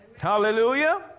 hallelujah